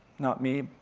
not me,